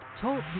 Talk